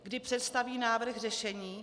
Kdy představí návrh řešení?